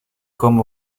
komen